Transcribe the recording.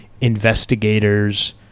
investigators